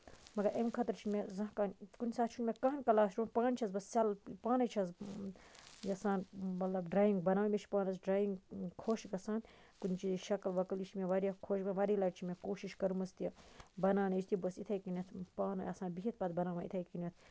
مَگر اَمہِ خٲطر چھُ مےٚ زانٛہہ کالہِ کُنہِ ساتہٕ چھُ مےٚ کٕہنٛے کَلاس روٗم پانہٕ چھَس بہٕ سیلٕف پانٕے چھَس بہٕ یَژھان مطلب ڈرایِنٛگ بَناوٕنۍ مےٚ چھُ پانَس ڈراینٛگ خۄش گژھان کُنہِ چیٖز شَکٔل وَکٔل یہِ چھُ مےٚ واریاہ خۄش گژھان واریاہ لَٹہِ چھِ مےٚ کوٗشِش کٔرمٕژ تہِ بَناونٕچ تہِ بہٕ ٲسٕس یِتھٕے کٔنۍ پانہٕ آسان بِہِتھ پَتہٕ بَناوان یِتھٕے کٔنۍ